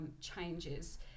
changes